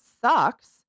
sucks